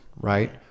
right